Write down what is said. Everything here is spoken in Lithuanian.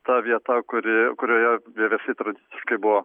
ta vieta kuri kurioje vieversiai tradiciškai buvo